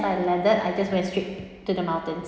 I landed I just went straight to the mountains